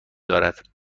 دارد